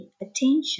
attention